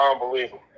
Unbelievable